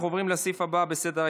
אנחנו עוברים לסעיף הבא בסדר-היום,